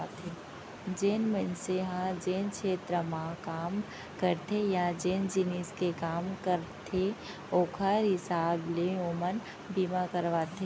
जेन मनसे ह जेन छेत्र म काम करथे या जेन जिनिस के काम करथे ओकर हिसाब ले ओमन बीमा करवाथें